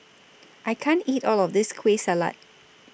I can't eat All of This Kueh Salat